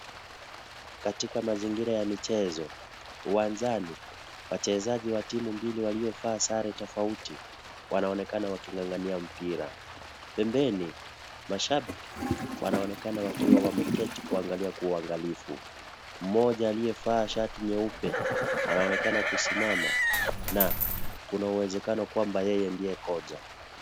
Katika mazingira ya michezo, uwanjani wachezaji wa timu mbili waliovaa sare tofauti wanaonekana wakingangania mpira, pembeni mashabiki wanaonekana wakiwa wameketi kuwaangalia kwa uangalifu, mmoja aliyevaa shati nyeupe, anaonekana kusimama na kuna uwezekano kwamba yeye ndiye kocha.